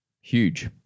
huge